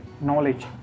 knowledge